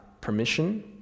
permission